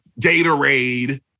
Gatorade